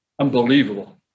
unbelievable